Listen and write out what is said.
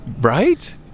Right